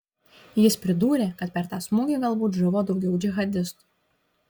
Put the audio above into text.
jis pridūrė kad per tą smūgį galbūt žuvo daugiau džihadistų